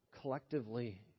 collectively